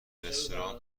رستوران